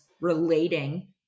relating